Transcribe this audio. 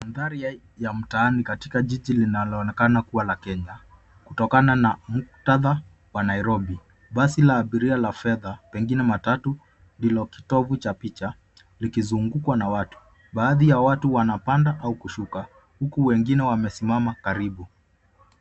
Mandhari ya mtaani katika jiji linaloonekana kuwa la Kenya, kutokana na muktadha wa Nairobi. Basi la abiria la fedha pengine matatu, ndilo kitovu cha picha, likizungukwa na watu. Baadhi ya watu wanapanda au kushuka, huku wengine wamesimama karibu.